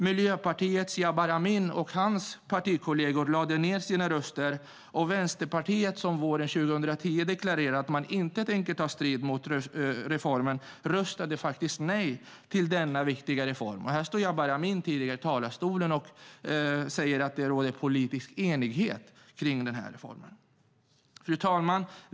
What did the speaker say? Miljöpartiets Jabar Amin och hans partikolleger lade ned sina röster. Vänsterpartiet, som våren 2010 deklarerat att man inte tänkte ta strid mot reformen, röstade nej till denna viktiga reform. Och nyss sade Jabar Amin att det råder politisk enighet kring denna reform! Fru talman!